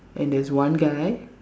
and there's one guy